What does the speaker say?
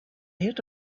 heard